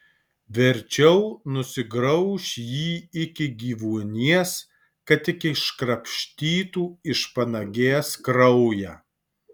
verčiau nusigrauš jį iki gyvuonies kad tik iškrapštytų iš panagės kraują